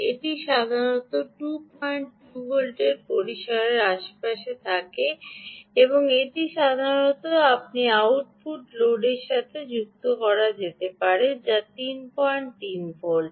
এটি সাধারণত 22 ভোল্টের পরিসরের আশেপাশে থাকে এবং এটি সাধারণত আপনি আউটপুট লোডের সাথে সংযুক্ত যা হতে পারে 33 ভোল্ট